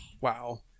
Wow